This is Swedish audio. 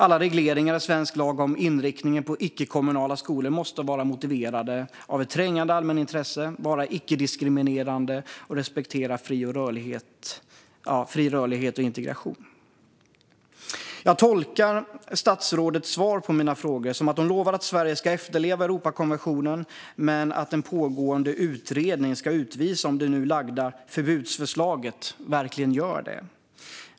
Alla regleringar i svensk lag om inriktningen på icke-kommunala skolor måste vara motiverade av ett trängande allmänintresse, vara icke-diskriminerande och respektera fri rörlighet och integration. Jag tolkar statsrådets svar på mina frågor som att hon lovar att Sverige ska efterleva Europakonventionen men att en pågående utredning ska visa om det nu framlagda förbudsförslaget verkligen gör det.